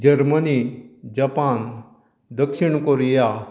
Germany Japan दक्षिण Korea